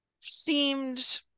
seemed